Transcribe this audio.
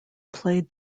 played